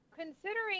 Considering